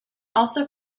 also